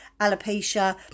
alopecia